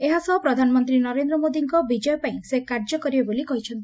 ଏହା ସହ ପ୍ରଧାନମନ୍ତୀ ନରେନ୍ଦ ମୋଦିଙ୍କ ବିଜୟ ପାଇଁ ସେ କାର୍ଯ୍ୟ କରିବେ ବୋଲି କହିଛନ୍ତି